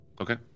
Okay